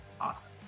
Awesome